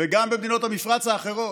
וגם במדינות המפרץ האחרות.